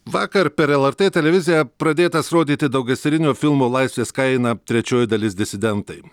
vakar per lrt televiziją pradėtas rodyti daugiaserijinio filmo laisvės kaina trečioji dalis disidentai